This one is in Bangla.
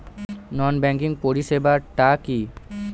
নন ব্যাংকিং পরিষেবা টা কি?